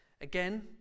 Again